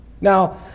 Now